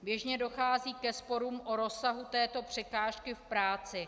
Běžně dochází ke sporům o rozsahu této překážky v práci.